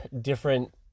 different